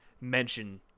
mention